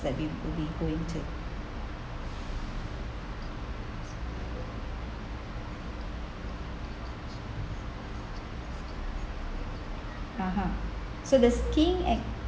that we would be going to (uh huh) so the skiing ac~